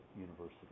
university